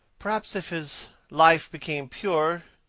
perhaps if his life became pure,